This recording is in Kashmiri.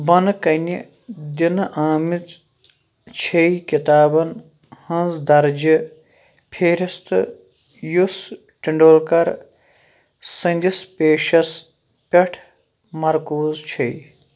بۄنہٕ كنہِ دِنہٕ آمٕژ چھے کِتابن ہٕنٛز درجہٕ فہرستہٕ یُس ٹنٛڈولکر سٕنٛدِس پیشس پٮ۪ٹھ مرکوٗز چھے